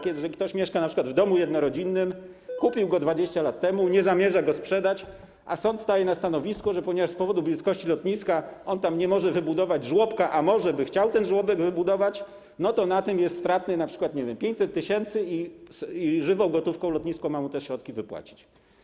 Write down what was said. Ktoś mieszka np. w domu jednorodzinnym, kupił go 20 lat temu, nie zamierza go sprzedać, a sąd staje na stanowisku, że ponieważ z powodu bliskości lotniska on tam nie może wybudować żłobka, a może by chciał ten żłobek wybudować, to na tym jest stratny, np., nie wiem, 500 tys., i żywą gotówką lotnisko ma mu te środki wypłacić.